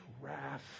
wrath